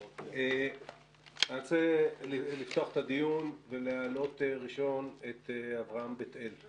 אני רוצה לפתוח את הדיון ולשמוע את אברהם בית אל.